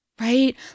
right